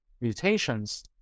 mutations